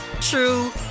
true